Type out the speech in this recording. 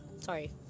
sorry